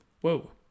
Whoa